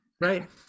Right